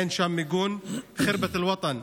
אין שם מיגון, ח'רבת אל-וטן,